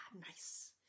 nice